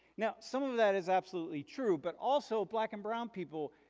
now some of that is absolutely true but also black and brown people,